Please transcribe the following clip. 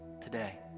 today